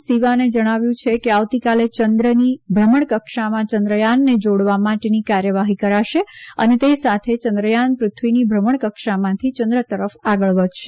સિવાને જણાવ્યું છે કે આવતીકાલે ચંદ્રની ભ્રમણકક્ષામાં ચંદ્રયાનને જાડવા માટેની કાર્યવાહી કરાશે અને તે સાથે ચંદ્રયાન પૃથ્વીની ભ્રમણકક્ષામાંથી ચંદ્ર તરફ આગળ વધશે